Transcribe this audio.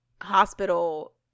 hospital